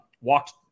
walked